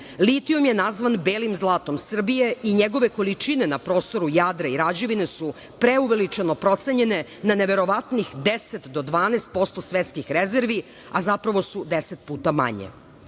Litijum je nazvan belim zlatom Srbije i njegove količine na prostoru Jadra i Rađevine su preuveličano procenjene na neverovatnih 10 do 12 posto svetskih rezervi, a zapravo su deset puta manje.U